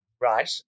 Right